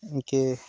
उनके